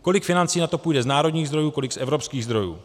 Kolik financí na to půjde z národních zdrojů, kolik z evropských zdrojů?